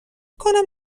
کنم